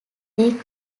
they